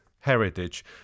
heritage